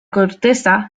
corteza